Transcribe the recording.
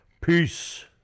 Peace